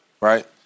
right